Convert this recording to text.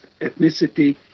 ethnicity